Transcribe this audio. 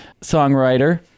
songwriter